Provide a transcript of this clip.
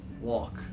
walk